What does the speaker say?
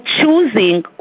choosing